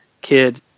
kid